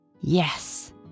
Yes